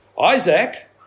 Isaac